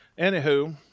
anywho